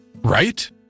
Right